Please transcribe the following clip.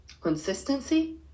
consistency